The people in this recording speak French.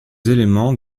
éléments